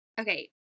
Okay